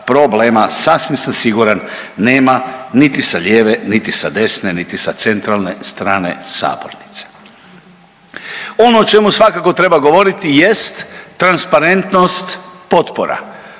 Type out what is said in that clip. problema sasvim sam siguran nema niti sa lijeve niti sa desne niti sa centralne strane sabornice. Ono o čemu svakako treba govoriti jest transparentnost potpora,